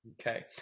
Okay